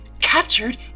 captured